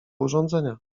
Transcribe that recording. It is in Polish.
urządzenia